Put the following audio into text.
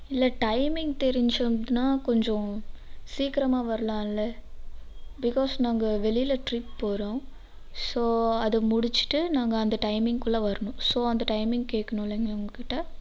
இல்லை டைமிங் தெரிஞ்சதுன்னால் கொஞ்சம் சீக்கிரமாக வரலாம்ல பிக்காஸ் நாங்கள் வெளியில் ட்ரிப் போகிறோம் ஸோ அதை முடித்துட்டு நாங்கள் அந்த டைமிங்குள்ள வரணும் ஸோ அந்த டைமிங் கேட்கணுல்லைங்க உங்கள்கிட்ட